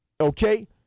okay